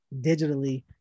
digitally